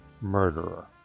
murderer